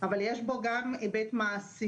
אבל יש בו גם היבט מעשי.